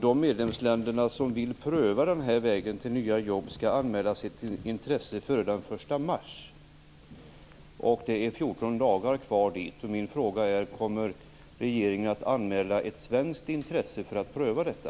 De medlemsländer som vill pröva den här vägen till nya jobb skall anmäla sitt intresse före den 1 mars. Det är 14 dagar kvar dit. Min fråga är: Kommer regeringen att anmäla ett svenskt intresse för att pröva detta?